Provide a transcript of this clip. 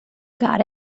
got